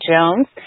Jones